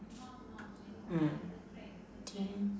mm then